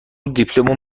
دیپلم